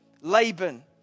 Laban